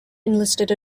enlisted